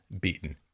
beaten